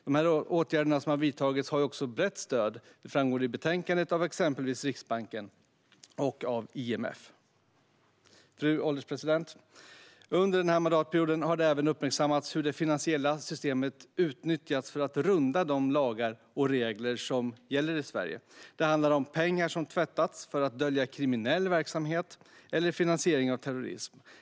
De åtgärder som vidtagits har brett stöd, som framgår i betänkandet, av exempelvis Riksbanken och IMF. Fru ålderspresident! Under den här mandatperioden har det även uppmärksammats hur det finansiella systemet utnyttjats för att runda de lagar och regler som gäller i Sverige. Det handlar om pengar som tvättats för att dölja kriminell verksamhet eller finansiering av terrorism.